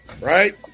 Right